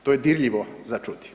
To je dirljivo za čuti.